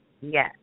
yes